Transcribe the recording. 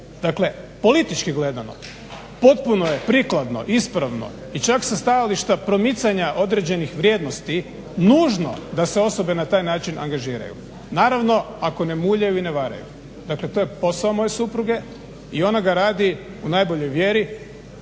Dakle, politički gledano potpuno je prikladno, ispravno i čak sa stajališta promicanja određenih vrijednosti nužno da se osobe na taj način angažiraju naravno ako ne muljaju i ne varaju. Dakle, to je posao moje supruge i ona ga radi u najboljoj vjeri.